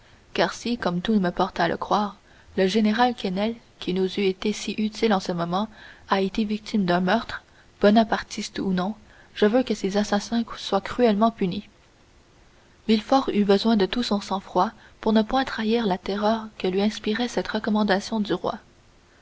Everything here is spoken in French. car si comme tout me porte à le croire le général quesnel qui nous eût été si utile en ce moment a été victime d'un meurtre bonapartistes ou non je veux que ses assassins soient cruellement punis villefort eut besoin de tout son sang-froid pour ne point trahir la terreur que lui inspirait cette recommandation du roi